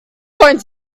going